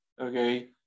okay